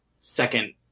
second